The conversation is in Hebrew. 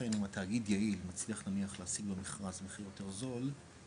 ולכן אם התאגיד מצליח נניח לשים במרכז מחיר יותר זול,